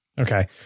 Okay